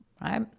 right